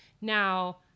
Now